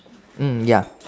mm ya